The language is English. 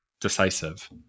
decisive